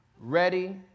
Ready